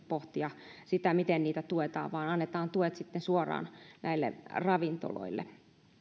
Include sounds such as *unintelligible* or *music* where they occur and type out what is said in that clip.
*unintelligible* pohtia sitä miten niitä tuetaan vaan annetaan tuet sitten suoraan ravintoloille